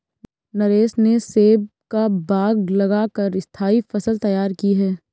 नरेश ने सेब का बाग लगा कर स्थाई फसल तैयार की है